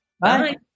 Bye